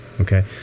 okay